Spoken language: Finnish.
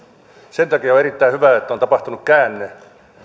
sen takia on erittäin hyvä että on tapahtunut käänne